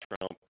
Trump